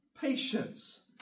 patience